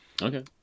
Okay